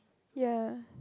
ya